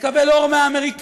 נקבל אור מהאמריקאים,